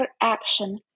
action